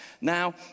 Now